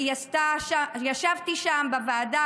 ישבתי שם בוועדה.